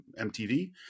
MTV